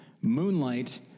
Moonlight